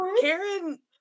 Karen